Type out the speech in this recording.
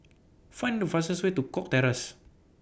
Find The fastest Way to Cox Terrace